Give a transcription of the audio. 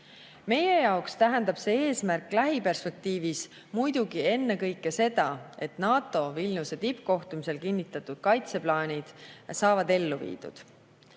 Meie jaoks tähendab see eesmärk lähiperspektiivis muidugi ennekõike seda, et NATO Vilniuse tippkohtumisel kinnitatud kaitseplaanid saavad ellu